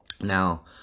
Now